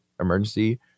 emergency